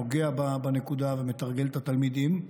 נוגע בנקודה ומתרגל את התלמידים.